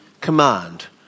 command